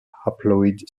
haploid